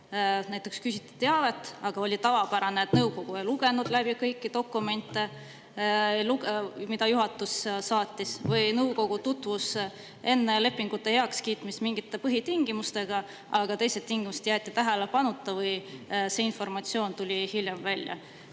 näiteks küsiti teavet, aga oli tavapärane, et nõukogu ei lugenud läbi kõiki dokumente, mida juhatus saatis, või nõukogu tutvus enne lepingute heakskiitmist mingite põhitingimustega, aga teised tingimused jäeti tähelepanuta või see informatsioon tuli hiljem välja. Kas